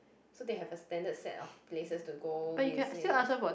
so they have a standard set of places to go visit